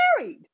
married